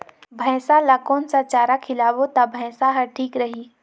भैसा ला कोन सा चारा खिलाबो ता भैंसा हर ठीक रही?